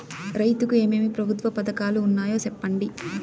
రైతుకు ఏమేమి ప్రభుత్వ పథకాలు ఉన్నాయో సెప్పండి?